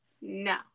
no